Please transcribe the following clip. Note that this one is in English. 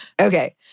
Okay